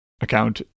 account